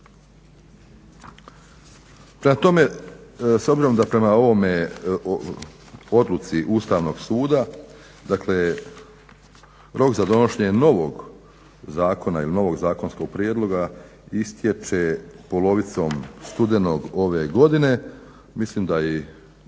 pojedinačno. S obzirom da prema ovome odluci Ustavnog suda rok za donošenje novog zakona ili novog zakonskog prijedloga istječe polovicom studenog ove godine, mislim da